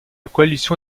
coalition